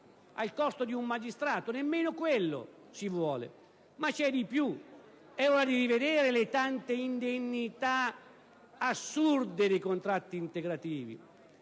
al costo di un magistrato. Nemmeno quello si vuol fare. Ma c'è di più: è ora di rivedere le tante indennità assurde dei contratti integrativi: